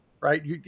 right